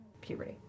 puberty